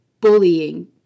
bullying